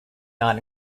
not